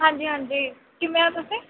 ਹਾਂਜੀ ਹਾਂਜੀ ਕਿਵੇਂ ਹੋ ਤੁਸੀਂ